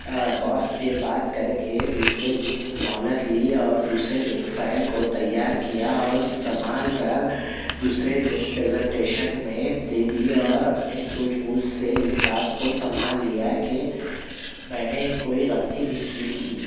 باس سے بات کر کے دوسرے دن کی مہلت لی اور دوسرے دن فائل کو تیار کیا اور سنبھال کر دوسرے دن پریزنٹیشن میں دی تھی اور اپنی سوجھ بوجھ سے اس بات کو سنبھال لیا کہ میں نے کوئی غلطی بھی کی تھی